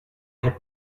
had